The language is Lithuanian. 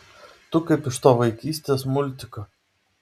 tu kaip iš to vaikystės multiko